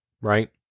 right